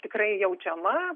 tikrai jaučiama